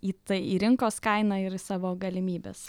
į ta į rinkos kainą ir į savo galimybes